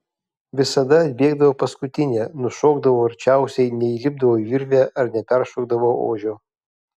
visada atbėgdavau paskutinė nušokdavau arčiausiai neįlipdavau į virvę ar neperšokdavau ožio